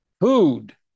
Food